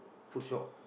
food shop